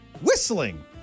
whistling